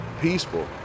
peaceful